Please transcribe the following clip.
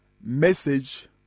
message